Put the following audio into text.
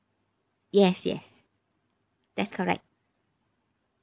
yes yes that's correct